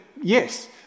yes